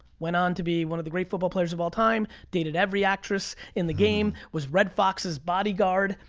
went on to be one of the great football players of all time, dated every actress in the game, was red fox's body guard,